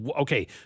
Okay